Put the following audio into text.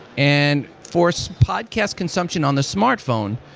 and for so podcast consumption on the smartphone,